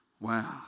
Wow